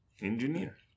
Engineer